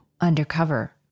Undercover